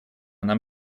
нам